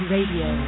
Radio